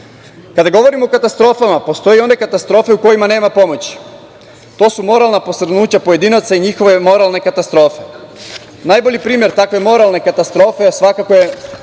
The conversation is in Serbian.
govorimo o katastrofama, postoje i one katastrofe u kojima nema pomoći. To su moralna posrnuća pojedinaca i njihove moralne katastrofe. Najbolji primer takve moralne katastrofe svakako je